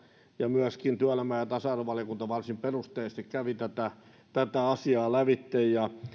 ja myöskin työelämä ja ja tasa arvovaliokunta varsin perusteellisesti kävi tätä tätä asiaa lävitse